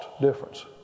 difference